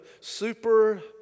super